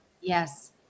Yes